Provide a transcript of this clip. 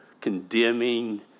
condemning